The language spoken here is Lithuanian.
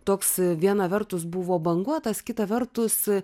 toks viena vertus buvo banguotas kita vertus